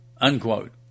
unquote